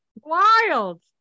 wild